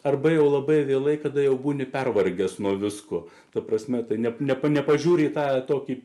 arba jau labai vėlai kada jau būni pervargęs nuo visko ta prasme tai neplepa nepažiūri į tą tokį